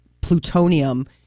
plutonium